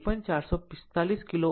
475 kilo hertz આ આકૃતિમાં છે